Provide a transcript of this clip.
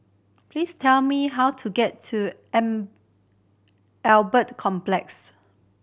please tell me how to get to am Albert Complex